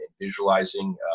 visualizing